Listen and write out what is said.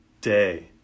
day